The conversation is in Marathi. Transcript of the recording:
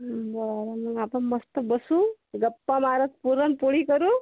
बरं मग आपण मस्त बसू गप्पा मारत पुरणपोळी करू